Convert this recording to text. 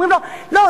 אומרים לו: לא,